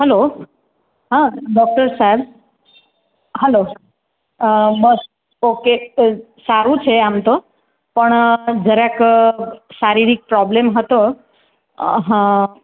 હાલો હા ડૉક્ટર સાહેબ હાલો બસ ઓકે સારું છે આમ તો પણ જરાક શારીરિક પ્રોબ્લેમ હતો અ હં